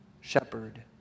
shepherd